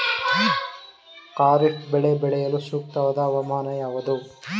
ಖಾರಿಫ್ ಬೆಳೆ ಬೆಳೆಯಲು ಸೂಕ್ತವಾದ ಹವಾಮಾನ ಯಾವುದು?